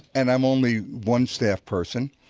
and um only one staff person.